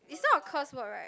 is not a curse word right